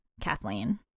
Kathleen